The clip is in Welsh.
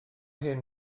hyn